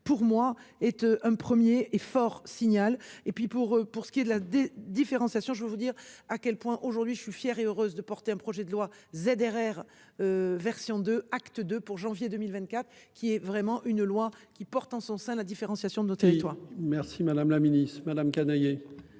pour moi et tu un 1er fort signal et puis pour, pour ce qui est de la différenciation. Je veux vous dire à quel point aujourd'hui. Je suis fière et heureuse de porter un projet de loi ZRR. Version 2 acte de pour janvier 2024. Qui est vraiment une loi qui porte en son sein la différenciation de notes. Toi. Merci madame la ministre madame Canayer.